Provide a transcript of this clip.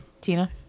Tina